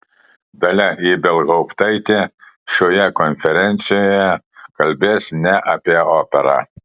dalia ibelhauptaitė šioje konferencijoje kalbės ne apie operą